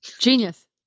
genius